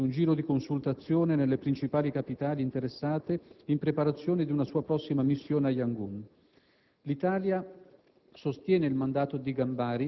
che ha compiuto nei mesi scorsi un giro di consultazione nelle principali capitali interessate, in preparazione di una sua prossima missione a Yangon. L'Italia